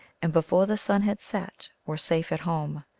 and before the sun had set were safe at home.